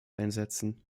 einsetzen